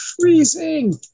freezing